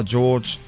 George